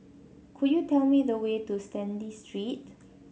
could you tell me the way to Stanley Street